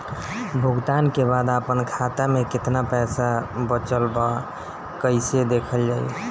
भुगतान के बाद आपन खाता में केतना पैसा बचल ब कइसे देखल जाइ?